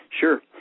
Sure